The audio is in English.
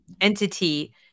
entity